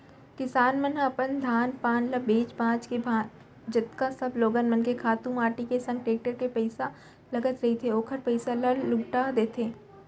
किसान मन ह अपन धान पान ल बेंच भांज के जतका सब लोगन मन के खातू माटी के संग टेक्टर के पइसा लगत रहिथे ओखर पइसा ल लहूटा देथे